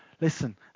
listen